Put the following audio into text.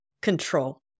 control